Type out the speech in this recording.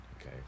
Okay